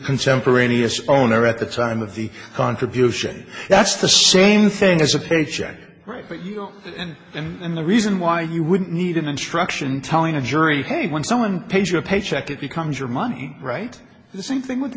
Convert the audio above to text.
contemporaneous owner at the time of the contribution that's the same thing as a paycheck right but you know and and the reason why you would need an instruction telling a jury hey when someone pays you a paycheck it becomes your money right the same thing with